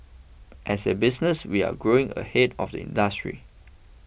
as a business we're growing ahead of the industry